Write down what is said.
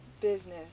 Business